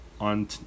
on